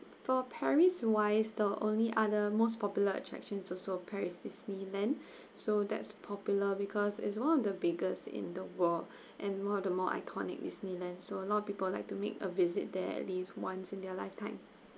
for paris wise the only uh the most popular attractions also paris Disneyland so that's popular because it's one of the biggest in the world and one of the more iconic Disneyland so a lot of people would like to make a visit there at least once in their lifetime